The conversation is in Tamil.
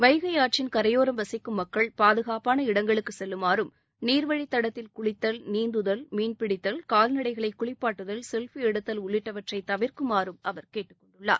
வைகை ஆற்றின் கரையோரம் வசிக்கும் மக்கள் பாதுகாப்பான இடங்களுக்குச் செல்லுமாறும் நீர்வழித் தடத்தில் குளித்தல் நீந்துதல் மீன்பிடித்தல் கால்நடைகளை குளிப்பாட்டுதல் செல்ஃபி எடுத்தல் உள்ளிட்டவற்றை தவிர்க்குமாறு அவர் கேட்டுக் கொண்டுள்ளார்